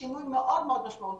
שינוי מאוד מאוד משמעותי.